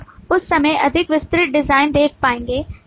तो आप उस समय अधिक विस्तृत डिजाइन देख पाएंगे